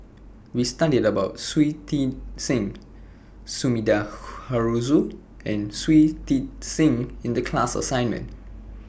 We studied about Shui Tit Sing Sumida Haruzo and Shui Tit Sing in The class assignment